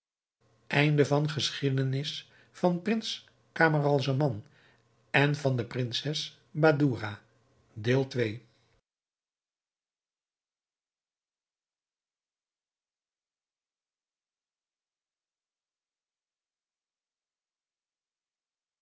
geschiedenis van den prins camaralzaman en van de prinses badoura